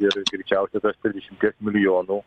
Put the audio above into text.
ir greičiausiai tas trisdešimties milijonų